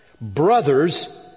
Brothers